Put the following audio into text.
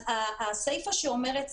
הסיפה שאומרת,